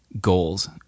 goals